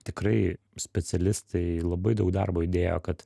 tikrai specialistai labai daug darbo įdėjo kad